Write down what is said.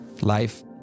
life